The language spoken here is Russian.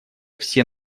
все